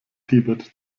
tibet